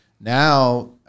now